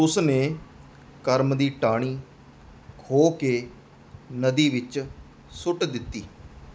ਉਸ ਨੇ ਕਰਮ ਦੀ ਟਾਹਣੀ ਖੋਹ ਕੇ ਨਦੀ ਵਿੱਚ ਸੁੱਟ ਦਿੱਤੀ